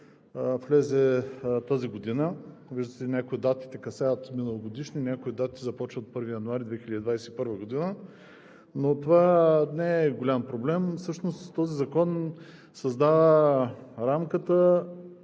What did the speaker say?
влезе тази година. Някои от датите касаят миналогодишни, някои дати започват от 1 януари 2021 г., но това не е голям проблем. Всъщност този закон създава рамката